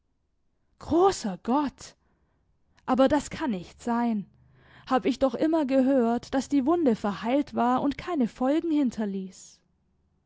großer gott aber das kann nicht sein hab ich doch immer gehört daß die wunde verheilt war und keine folgen hinterließ